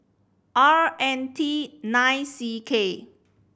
R N T nine C K